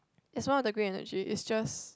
it's one of the green energy it's just